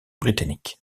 britannique